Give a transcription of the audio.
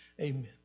Amen